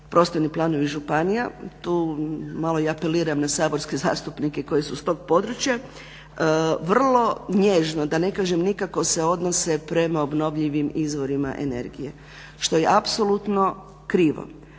prostorni planovi županija tu ja malo apeliram na saborske zastupnike koji su s tog područja, vrlo nježno da ne kažem nikako se odnose prema obnovljivim izvorima energije što je apsolutno krivo.